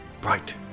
bright